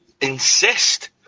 insist